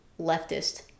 leftist